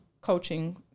coaching